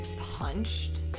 punched